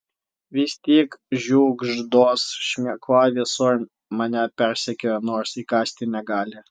vis tik žiugždos šmėkla visur mane persekioja nors įkąsti negali